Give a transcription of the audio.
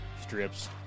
Strips